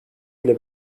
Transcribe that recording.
ile